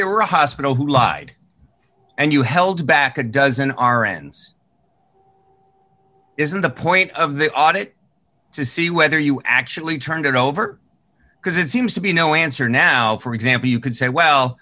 there were a hospital who lied and you held back a dozen ahrens isn't the point of the audit to see whether you actually turned it over because it seems to be no answer now for example you could say well